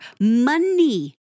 money